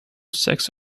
sex